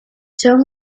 son